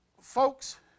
Folks